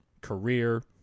career